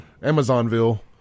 amazonville